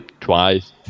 Twice